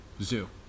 Zoo